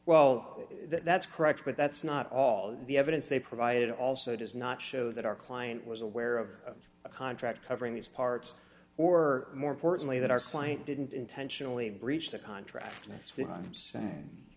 well that's correct but that's not all the evidence they provided also does not show that our client was aware of a contract covering these parts or more importantly that our client didn't intentionally breach the contract